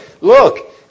look